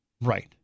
Right